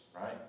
Right